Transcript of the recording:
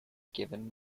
given